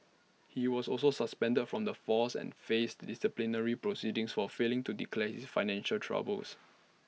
he was also suspended from the force and faced disciplinary proceedings for failing to declare his financial troubles